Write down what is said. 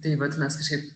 tai vat mes kažkaip